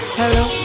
hello